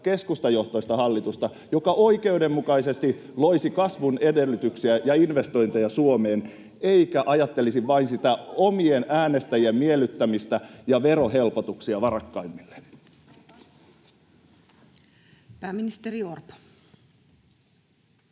ryhmästä välihuutoja] joka oikeudenmukaisesti loisi kasvun edellytyksiä ja investointeja Suomeen eikä ajattelisi vain sitä omien äänestäjien miellyttämistä ja verohelpotuksia varakkaimmille. [Speech 308]